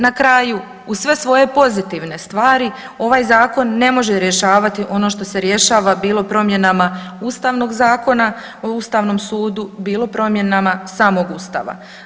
Na kraju, uz sve svoje pozitivne stvari ovaj zakon ne može rješavati ono što se rješava bilo promjenama Ustavnog zakona o ustavnom sudu, bilo promjenama samog ustava.